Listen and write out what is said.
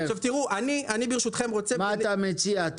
מה אתה מציע?